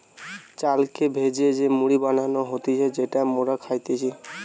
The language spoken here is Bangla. চালকে ভেজে যে মুড়ি বানানো হতিছে যেটা মোরা খাইতেছি